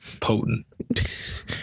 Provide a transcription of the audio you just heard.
potent